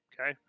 okay